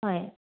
হয়